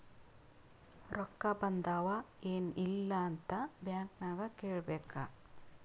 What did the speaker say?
ರೊಕ್ಕಾ ಬಂದಾವ್ ಎನ್ ಇಲ್ಲ ಅಂತ ಬ್ಯಾಂಕ್ ನಾಗ್ ಕೇಳಬೇಕ್